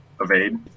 evade